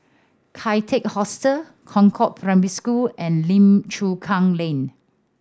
Kian Teck Hostel Concord Primary School and Lim Chu Kang Lane